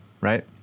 Right